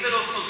אם זה לא סודי,